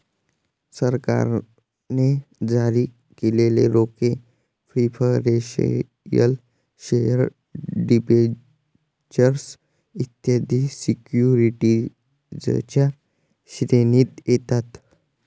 सरकारने जारी केलेले रोखे प्रिफरेंशियल शेअर डिबेंचर्स इत्यादी सिक्युरिटीजच्या श्रेणीत येतात